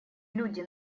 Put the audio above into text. люди